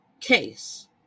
Case